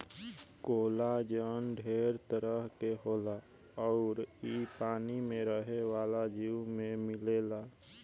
collagen ढेर तरह के होला अउर इ पानी में रहे वाला जीव में मिलेला